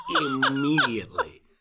immediately